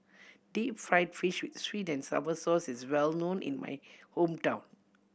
deep fried fish with sweet and sour sauce is well known in my hometown